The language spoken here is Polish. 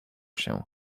się